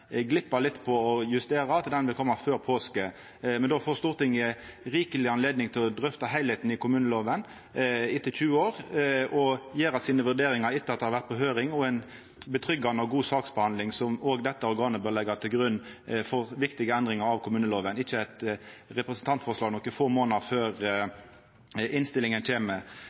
å justera tidspunktet, for den innstillinga vil koma før påske. Men då får Stortinget rikeleg anledning til å drøfta heilskapen i kommunelova, etter 20 år, og gjera sine vurderingar etter at den har vore ute på høyring, og etter at den har hatt ei trygg og god saksbehandling, som òg dette organet bør leggja til grunn for viktige endringar av kommunelova – og ikkje eit representantforslag